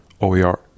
OER